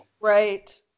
Right